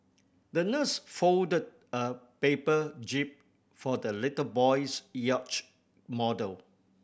the nurse folded a paper jib for the little boy's yacht model